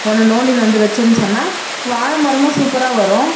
ஒன்று தோண்டின்னு வந்து வைச்சேன்னு சொன்னால் வாழை மரமும் சூப்பராக வரும்